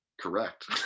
correct